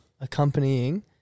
Accompanying